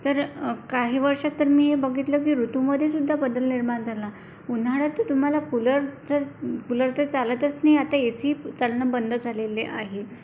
तर काही वर्षात तर मी हे बघितलं की ऋतुमध्येसुद्धा बदल निर्माण झाला उन्हाळ्यात तुम्हाला कूलर तर कूलर तर चालतच नाही आता ए सी चालणं बंद झालेले आहे